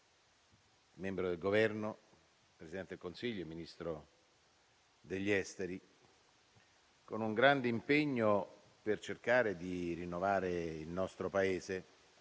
membro del Governo, Presidente del Consiglio e Ministro degli affari esteri, con un grande impegno per cercare di rinnovare il nostro Paese.